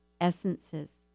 essences